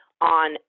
on